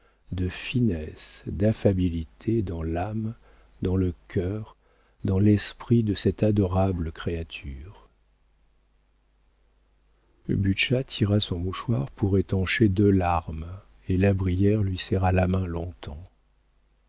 de finesse d'affabilité dans l'âme dans le cœur dans l'esprit de cette adorable créature butscha tira son mouchoir pour étancher deux larmes et la brière lui serra la main